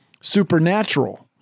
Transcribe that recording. supernatural